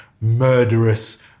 murderous